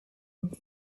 and